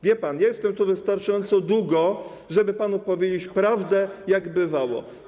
Wie pan, jestem tu wystarczająco długo, żeby panu powiedzieć prawdę, jak bywało.